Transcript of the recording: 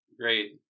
great